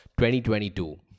2022